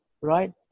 right